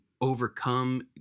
overcome